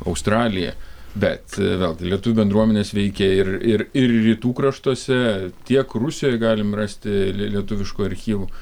australija bet vėlgi lietuvių bendruomenės veikia ir ir ir rytų kraštuose tiek rusijoje galim rasti lietuviškų archyvų